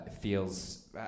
feels